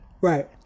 Right